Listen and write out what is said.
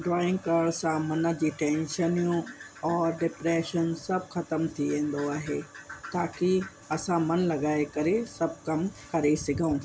drawing करण सां मन जी टेंशनियूं और डिप्रेशन सभु खतमु थी वेंदो आहे ताकी असां मन लगाए करे सभु कम करे सघूं